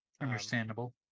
Understandable